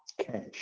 Cash